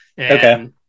Okay